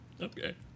okay